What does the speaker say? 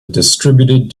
distributed